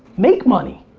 make money.